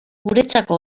guretzako